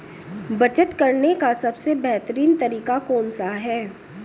बचत करने का सबसे बेहतरीन तरीका कौन सा है?